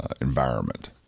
environment